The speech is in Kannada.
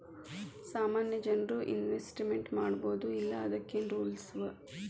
ಸಾಮಾನ್ಯ ಜನ್ರು ಇನ್ವೆಸ್ಟ್ಮೆಂಟ್ ಮಾಡ್ಬೊದೋ ಇಲ್ಲಾ ಅದಕ್ಕೇನ್ ರೂಲ್ಸವ?